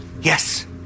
Yes